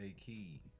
A-Key